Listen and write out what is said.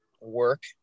work